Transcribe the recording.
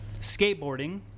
skateboarding